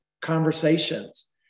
conversations